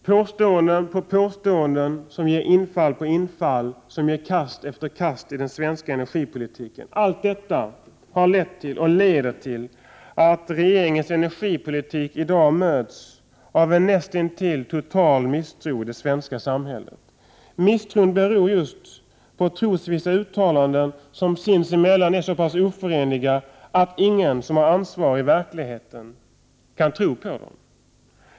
Påstående efter påstående som ger infall på infall, som i sin tur leder till omkastningar av den svenska energipolitiken har medfört och medför att regeringens energipolitik i dag möts av en näst intill total misstro i det svenska samhället. Misstron beror just på trosvissa uttalanden som sinsemellan är så pass oförenliga att ingen som har att ta ansvar i verkligheten kan tro på dem.